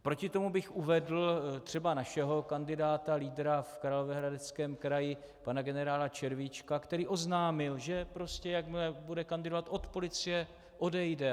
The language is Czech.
Proti tomu bych uvedl třeba našeho kandidáta, lídra v Královéhradeckém kraji pana generála Červíčka, který oznámil, že prostě jakmile bude kandidovat, od policie odejde.